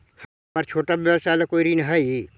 हमर छोटा व्यवसाय ला कोई ऋण हई?